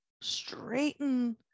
straighten